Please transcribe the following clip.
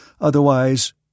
Otherwise—